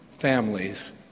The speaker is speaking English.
families